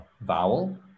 vowel